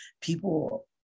People